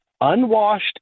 unwashed